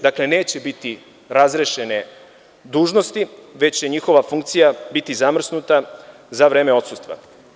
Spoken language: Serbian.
Dakle, neće biti razrešene dužnosti, već će njihova funkcija biti zamrznuta za vreme odsustva.